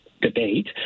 debate